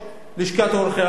לשכת עורכי-הדין,